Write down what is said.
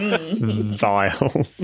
Vile